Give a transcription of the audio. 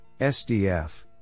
SDF